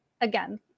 again